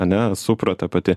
ane supra ta pati